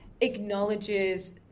acknowledges